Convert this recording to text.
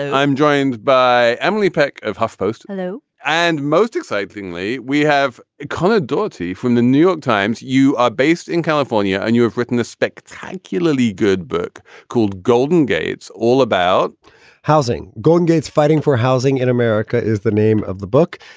i'm joined by emily peck of huffpost new. and most excitingly, we have connor doherty from the new york times. you are based in california and you have written a spectacularly good book called golden gates all about housing gates fighting for housing in america is the name of the book.